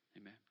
Amen